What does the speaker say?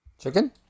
chicken